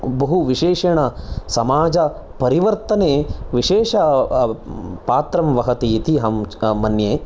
बहुविशेषेण समाजपरिवर्तने विशेष पात्रं वहति इति अहं मन्ये